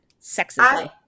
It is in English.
sexism